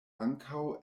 ankaŭ